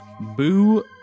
Boo